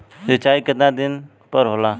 सिंचाई केतना दिन पर होला?